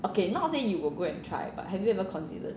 okay not say you will go and try but have you ever considered